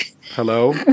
Hello